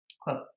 Quote